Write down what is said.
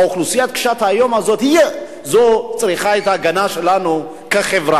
האוכלוסייה קשת היום הזאת היא זו שצריכה את ההגנה שלנו כחברה.